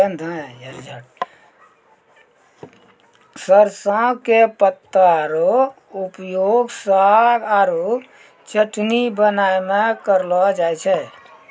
सरसों के पत्ता रो उपयोग साग आरो चटनी बनाय मॅ करलो जाय छै